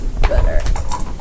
better